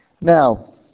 Now